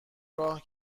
راه